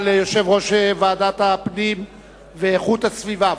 תודה רבה ליושב-ראש ועדת הפנים ואיכות הסביבה,